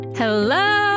Hello